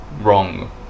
wrong